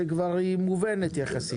שהיא כבר מובנת יחסית.